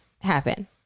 happen